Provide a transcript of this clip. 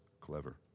clever